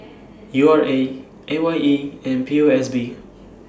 U R A A Y E and P O S B